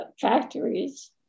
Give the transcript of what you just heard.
factories